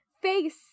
face